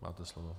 Máte slovo.